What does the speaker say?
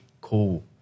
cool